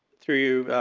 through you,